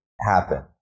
happen